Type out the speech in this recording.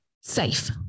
safe